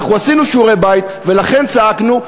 אנחנו עשינו שיעורי בית ולכן צעקנו,